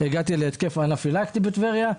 הגעתי להתקף אנפילקטי בטבריה,